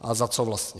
A za co vlastně?